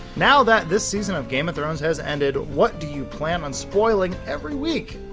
now that this season of game of thrones has ended, what do you plan on spoiling every week?